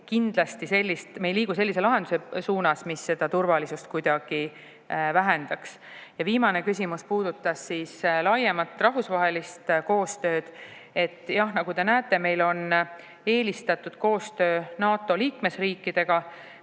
kindlasti sellist [otsust], me ei liigu sellise lahenduse suunas, mis turvalisust kuidagi vähendaks. Ja viimane küsimus puudutas laiemat rahvusvahelist koostööd. Jah, nagu te näete, meil on eelistatud koostöö NATO liikmesriikidega,